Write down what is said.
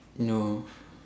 you know